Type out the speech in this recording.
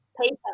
paper